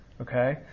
Okay